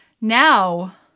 Now